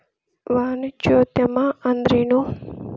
ವಾಣಿಜ್ಯೊದ್ಯಮಾ ಅಂದ್ರೇನು?